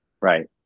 Right